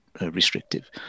restrictive